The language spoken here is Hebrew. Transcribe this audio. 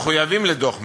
והמחויבים לדוח מלץ,